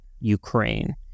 Ukraine